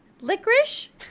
Licorice